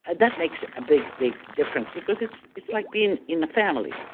and that makes a big, big difference because it's it's like being in the family.